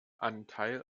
anteil